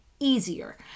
easier